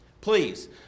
please